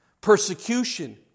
Persecution